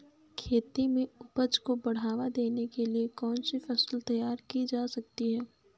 खेती में उपज को बढ़ावा देने के लिए कौन सी फसल तैयार की जा सकती है?